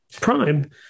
prime